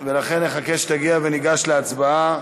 ולכן ניגש להצבעה.